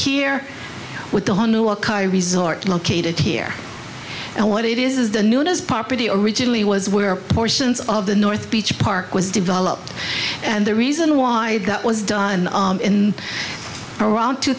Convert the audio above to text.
here with a whole new a car resort located here and what it is is the newness property originally was where portions of the north beach park was developed and the reason why that was done in around two